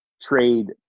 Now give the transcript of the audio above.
trade